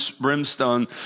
brimstone